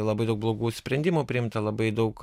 labai daug blogų sprendimų priimta labai daug